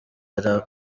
yari